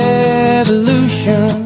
Revolution